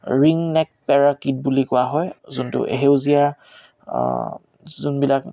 ringneck parakeet বুলি কোৱা হয় যোনটো সেউজীয়া যোনবিলাক